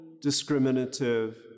discriminative